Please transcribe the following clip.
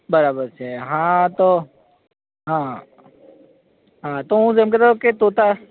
બરાબર છે હા તો હા તો હું એમ કહેતો હતો કે તોતા